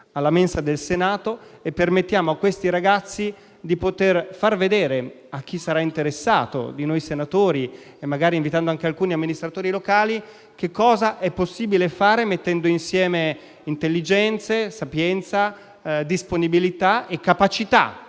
alla mensa del Senato e permettiamo a questi ragazzi di far vedere, a chi sarà interessato tra noi senatori (magari invitando anche alcuni amministratori locali), cosa è possibile fare mettendo insieme intelligenza, sapienza, disponibilità e capacità